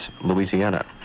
Louisiana